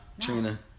Trina